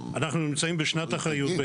אנחנו נמצאים בשנת אחריות,